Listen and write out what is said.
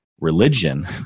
religion